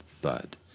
thud